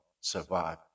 survive